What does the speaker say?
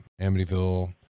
Amityville